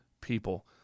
people